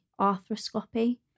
Arthroscopy